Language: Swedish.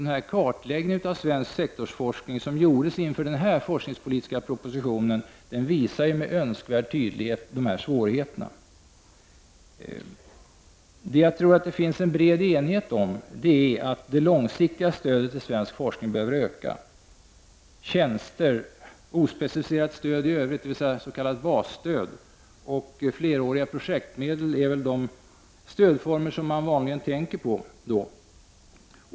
Den kartläggning av svensk sektorsforskning som gjordes inför den här forskningspolitiska propositionen visar med all önskvärd tydlighet på de svårigheter som föreligger. Jag tror att det råder bred enighet om att det långsiktiga stödet till svensk forskning behöver utökas. Tjänster, ospecificerat stöd i övrigt — dvs. s.k. basstöd — och fleråriga projektmedel är väl de stödformer som man vanligen tänker på.